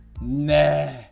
nah